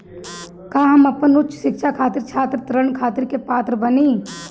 का हम अपन उच्च शिक्षा खातिर छात्र ऋण खातिर के पात्र बानी?